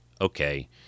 okay